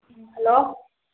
ꯎꯝ hello